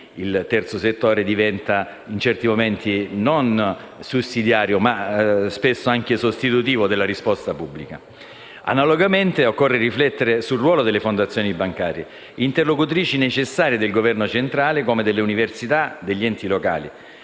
il terzo settore diventa, in certi momenti, non sussidiario, ma sostituivo della risposta pubblica. Analogamente occorre riflettere sul ruolo delle fondazioni bancarie, interlocutrici necessarie del Governo centrale, come delle università e degli enti locali.